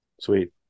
Sweet